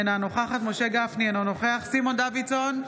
אינה נוכחת משה גפני, אינו נוכח סימון דוידסון,